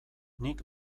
nik